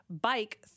bike